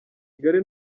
kigali